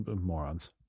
morons